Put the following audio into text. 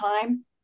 time